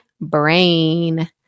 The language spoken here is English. brain